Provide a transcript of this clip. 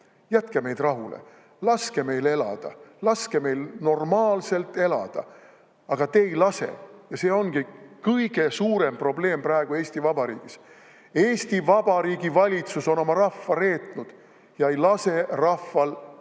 Jätke meid rahule! Laske meil elada. Laske meil normaalselt elada! Aga te ei lase. Ja see ongi kõige suurem probleem praegu Eesti Vabariigis. Eesti Vabariigi valitsus on oma rahva reetnud ja ei lase rahval